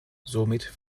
somit